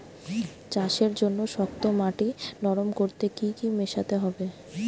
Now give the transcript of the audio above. চাষের জন্য শক্ত মাটি নরম করতে কি কি মেশাতে হবে?